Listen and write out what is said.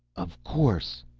of course!